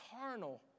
carnal